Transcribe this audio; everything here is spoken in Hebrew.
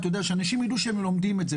שאנשים ידעו שהם לומדים את זה,